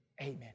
Amen